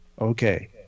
Okay